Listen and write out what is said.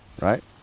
right